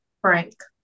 Frank